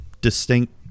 distinct